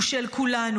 הוא של כולנו.